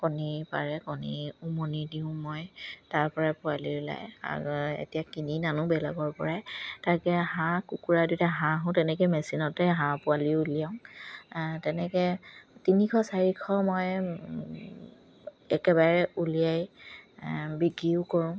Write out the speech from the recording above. কণী পাৰে কণী উমনি দিওঁ মই তাৰ পৰাই পোৱালি ওলাই এতিয়া কিনি নানো বেলেগৰ পৰাই তাকে হাঁহ কুকুৰা দুটাই হাঁহো তেনেকে মেচিনতে হাঁহ পোৱালিও উলিয়াওঁ তেনেকে তিনিশ চাৰিশ মই একেবাৰে উলিয়াই বিক্ৰীও কৰোঁ